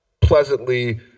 pleasantly